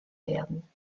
werden